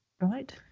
Right